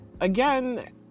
again